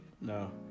No